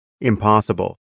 impossible